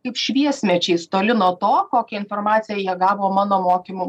kaip šviesmečiais toli nuo to kokią informaciją jie gavo mano mokymų